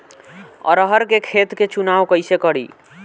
अरहर के खेत के चुनाव कईसे करी?